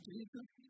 Jesus